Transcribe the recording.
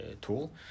tool